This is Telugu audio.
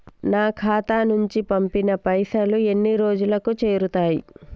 నా ఖాతా నుంచి పంపిన పైసలు ఎన్ని రోజులకు చేరుతయ్?